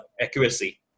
accuracy